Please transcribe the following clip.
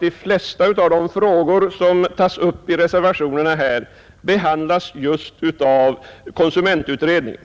De flesta av de frågor som tas upp i reservationerna här behandlas emellertid just av konsumentutredningen,